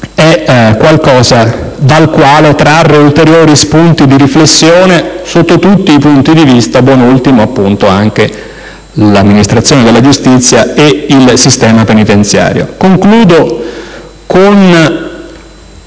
è qualcosa dal quale trarre ulteriori spunti di riflessione sotto tutti i punti di vista, buoni ultimi anche l'amministrazione della giustizia e il sistema penitenziario. Concludo con